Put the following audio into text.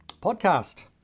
podcast